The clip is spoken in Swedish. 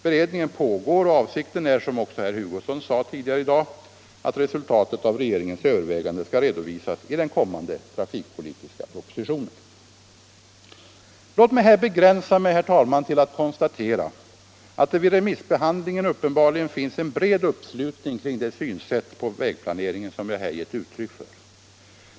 Beredningen pågår, och avsikten är — som också herr Hugosson tidigare i dag framhöll — att resultatet av regeringens överväganden skall redovisas i den kommande trafikpolitiska propositionen. Låt mig här begränsa mig, herr talman, till att konstatera att det vid remissbehandlingen uppenbarligen finns en bred uppslutning kring det synsätt på vägplaneringen som jag här gett uttryck åt.